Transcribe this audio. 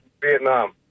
Vietnam